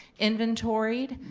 inventoried,